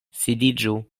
sidiĝu